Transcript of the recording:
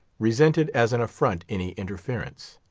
resented as an affront any interference.